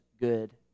good